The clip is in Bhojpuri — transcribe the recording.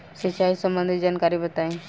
सिंचाई संबंधित जानकारी बताई?